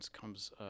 comes—